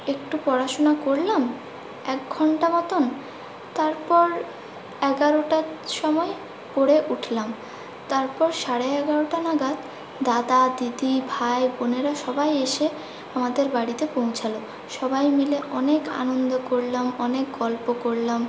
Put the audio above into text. একটু পড়াশুনা করলাম এক ঘন্টা মতোন তারপর এগারোটার সময় পড়ে উঠলাম তারপর সাড়ে এগারোটা নাগাদ দাদা দিদি ভাই বোনেরা সবাই এসে আমাদের বাড়িতে পৌছালো সবাই মিলে অনেক আনন্দ করলাম অনেক গল্প করলাম